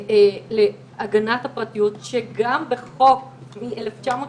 גם בחוק מ-1995,